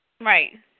Right